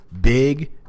big